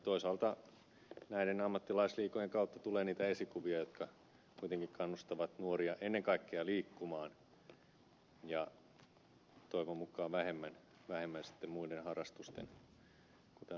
toisaalta näiden ammattilaisliigojen kautta tulee niitä esikuvia jotka kuitenkin kannustavat nuoria ennen kaikkea liikkumaan ja toivon mukaan vähemmän sitten muiden harrastusten kuten alkoholin käytön pariin